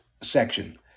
section